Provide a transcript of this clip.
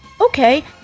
Okay